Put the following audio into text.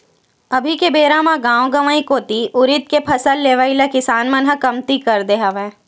अभी के बेरा म गाँव गंवई कोती उरिद के फसल लेवई ल किसान मन ह कमती कर दे हवय